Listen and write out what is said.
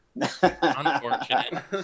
Unfortunate